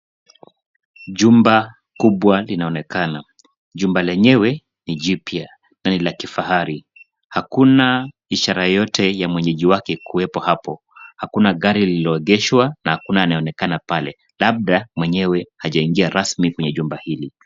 Jumba kubwa linaonekana, jumba lenyewe ni jipya na ni la kifahari. Hakuna ishara yoyote ya mwenyeji wake kuwepo hapo, hakuna gari lililoeegeshwa na hakuna anayeonekana pale, labda mwenyewe hajaingia rasmi kwenye jumba hili.